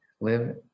live